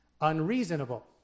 unreasonable